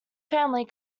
family